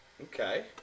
Okay